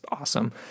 Awesome